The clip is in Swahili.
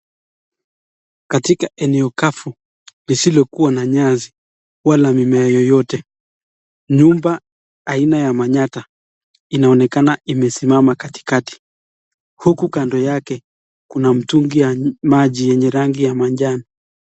Katika eneo kavu lisilokuwa na nyasi wala mimea yoyote nyumba aina ya manyatta inaonekana imesimama katikati huku kando yake kuna mtungi ya maji yenye rangi ya manjano.